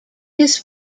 his